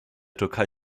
türkei